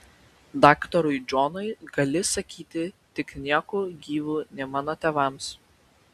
daktarui džonui gali sakyti tik nieku gyvu ne mano tėvams